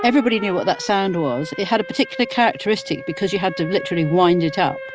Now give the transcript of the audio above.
everybody knew what that sound was. it had a particular characteristic, because you had to literally wind it up.